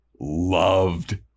loved